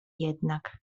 jednak